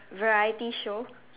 variety show